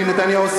של בנימין נתניהו,